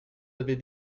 avez